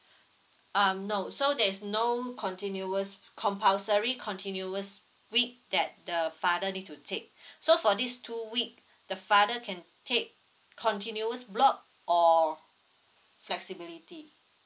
um no so there is no continuous compulsory continuous week that the father need to take so for these two week the father can take continuous block or flexibility